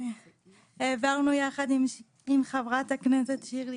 בשנה שעברה העברנו יחד עם חברת הכנסת שירלי